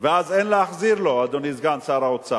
ואז אין להחזיר לו, אדוני, סגן שר האוצר.